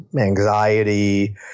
anxiety